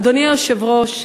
אדוני היושב-ראש,